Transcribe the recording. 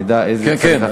שנדע מה צריך הצבעה.